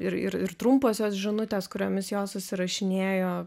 ir ir ir trumposios žinutės kuriomis jos susirašinėjo